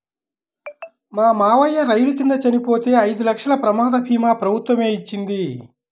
మా మావయ్య రైలు కింద చనిపోతే ఐదు లక్షల ప్రమాద భీమా ప్రభుత్వమే ఇచ్చింది